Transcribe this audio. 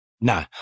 No